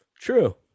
true